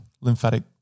lymphatic